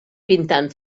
pintant